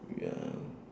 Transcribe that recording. ya